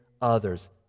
others